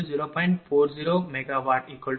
004 p